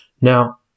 Now